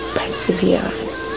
perseverance